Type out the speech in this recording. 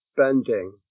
spending